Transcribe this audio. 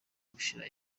gushira